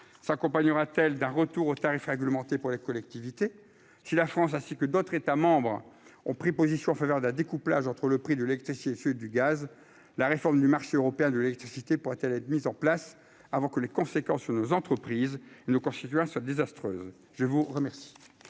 s'accompagnera-t-elle d'un retour aux tarifs réglementés pour la collectivité, si la France ainsi que d'autres États ont pris position en faveur d'un découplage entre le prix de l'exercice du gaz, la réforme du marché européen de l'électricité pourra-t-elle être mise en place avant que les conséquences, nos entreprises ne constituera ce désastre. Je vous remercie,